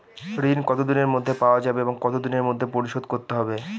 ঋণ কতদিনের মধ্যে পাওয়া যাবে এবং কত দিনের মধ্যে পরিশোধ করতে হবে?